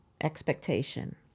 expectation